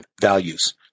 values